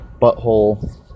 butthole